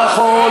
נכון.